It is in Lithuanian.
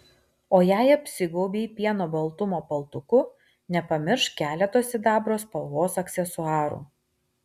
o jei apsigaubei pieno baltumo paltuku nepamiršk keleto sidabro spalvos aksesuarų